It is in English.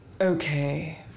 Okay